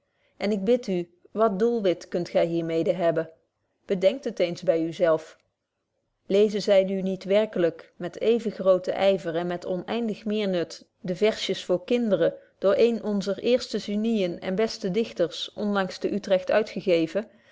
en ik bid u wat doelwit kunt gy hier mede hebben bedenkt het eens by u zelf lezen zy nu niet werkelyk met even grooten yver en met onëindig meer nut de vaersjes voor kinderen door een onzer eerste genien en beste dichters onlangs te utrecht uitgegeven